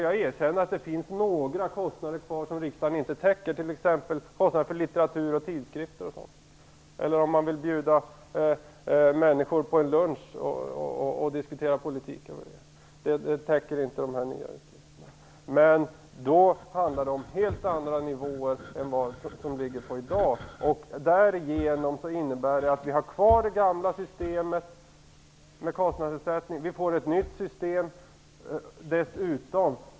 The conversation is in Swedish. Jag erkänner att det finns några kostnader kvar som riksdagen inte täcker, t.ex. kostnader för litteratur, tidskrifter och sådant, eller om man vill bjuda människor på lunch och diskutera politik. De utgifterna täcker inte detta nya system. Men då handlar det om helt andra nivåer än i dag. Det nuvarande förslaget innebär att vi har kvar det gamla systemet med kostnadsersättning och dessutom får ett nytt system.